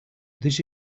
this